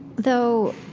though,